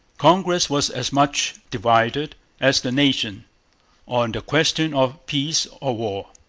congress was as much divided as the nation on the question of peace or war.